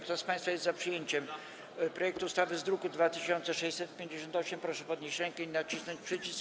Kto z państwa jest za przyjęciem projektu ustawy z druku nr 2658, proszę podnieść rękę i nacisnąć przycisk.